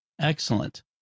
Excellent